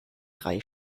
drei